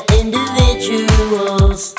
individuals